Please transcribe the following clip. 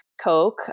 Coke